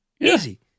easy